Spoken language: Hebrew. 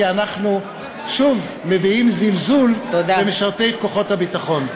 כי אנחנו שוב מביעים זלזול במשרתי כוחות הביטחון.